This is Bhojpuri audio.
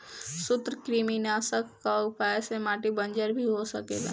सूत्रकृमिनाशक कअ उपयोग से माटी बंजर भी हो सकेला